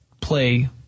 play